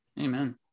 amen